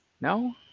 No